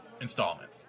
installment